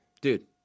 dude